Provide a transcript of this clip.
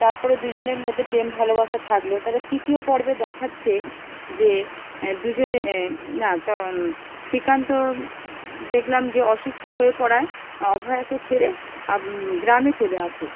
তারপরে দুজনের মধ্যে প্রেম ভালোবাসা থাকলো তবে তৃতীয় পর্বে দেখাচ্ছে যে দুজনে না ত শ্রীকান্ত দেখলাম যে অসুস্থ হয়ে পড়ায় অভয়াকে ছেড়ে গ্রামে চলে আসে